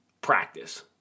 practice